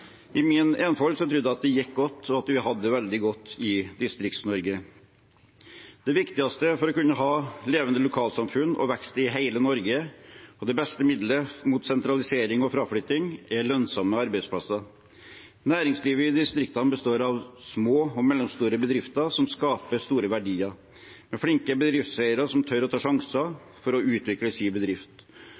I min enfoldighet trodde jeg at det gikk godt, og at vi hadde det veldig godt i Distrikts-Norge. Det viktigste for å kunne ha levende lokalsamfunn og vekst i hele Norge, og det beste middelet mot sentralisering og fraflytting, er lønnsomme arbeidsplasser. Næringslivet i distriktene består av små og mellomstore bedrifter som skaper store verdier, med flinke bedriftseiere som tør å ta sjanser for å utvikle sin bedrift.